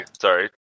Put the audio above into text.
sorry